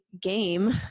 game